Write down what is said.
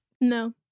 No